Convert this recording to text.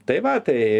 tai va tai